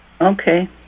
Okay